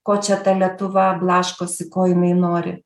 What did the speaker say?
ko čia ta lietuva blaškosi ko jinai nori